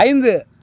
ஐந்து